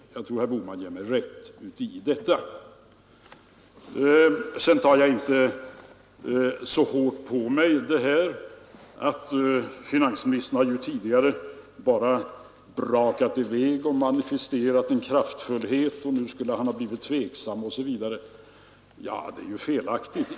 Jag tror att herr Bohman ger mig rätt i detta. Sedan tar jag inte så hårt på det här att finansministern tidigare bara har brakat i väg och manifesterat kraftfullhet och nu skulle han ha blivit tveksam osv. Det är ju felaktigt.